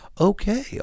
Okay